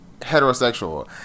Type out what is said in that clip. heterosexual